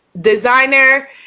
designer